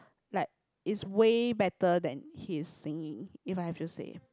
like is way better than his singing if I have to say